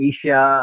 Asia